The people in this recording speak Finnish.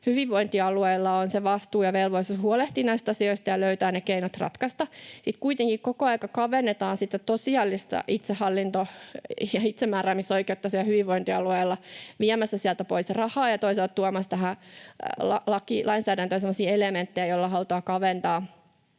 hyvinvointialueilla on se vastuu ja velvollisuus huolehtia näistä asioista ja löytää ne keinot ratkaista, mutta sitten kuitenkin koko aika kavennetaan sitä tosiasiallista itsehallinto- ja itsemääräämisoikeutta siellä hyvinvointialueilla viemällä sieltä pois rahaa ja toisaalta tuomalla tähän lainsäädäntöön semmoisia elementtejä, joilla halutaan kaventaa